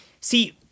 See